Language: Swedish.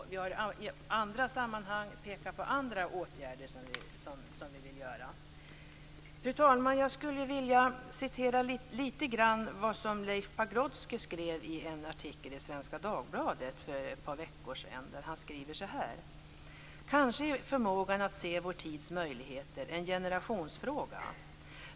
Och vi har i andra sammanhang pekat på andra åtgärder som vi vill vidta. Fru talman! Jag skulle vilja referera lite grann vad Leif Pagrotsky skrev i en artikel i Svenska Dagbladet för ett par veckor sedan. Han skriver där: Kanske är förmågan att se vår tids möjligheter en generationsfråga.